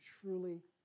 truly